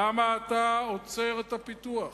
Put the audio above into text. למה אתה עוצר את הפיתוח?